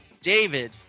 david